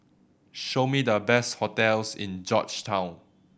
show me the best hotels in Georgetown